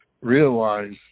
realize